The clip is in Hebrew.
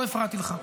לא הפרעתי לך.